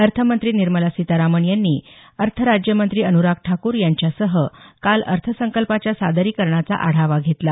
अर्थमंत्री निर्मला सीतारामन यांनी अर्थराज्यमंत्री अनुराग ठाकूर यांच्यासह काल अर्थसंकल्पाच्या सादरीकरणाचा आढावा घेतला